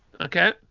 Okay